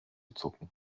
zucken